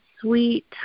sweet